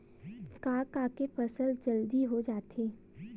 का का के फसल जल्दी हो जाथे?